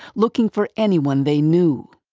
looking for anyone they knew.